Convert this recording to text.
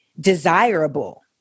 desirable